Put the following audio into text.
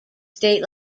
state